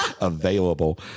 available